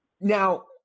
Now